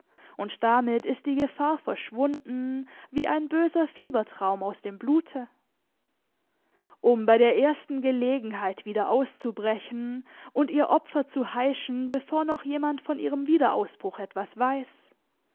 und damit ist die gefahr verschwunden wie ein böser fiebertraum aus dem blute um bei der ersten gelegenheit wieder auszubrechen und ihr opfer zu heischen bevor noch jemand von ihrem wiederausbruch etwas weiß